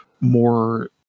more